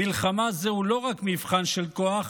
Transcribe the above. מלחמה אינה רק מבחן של כוח,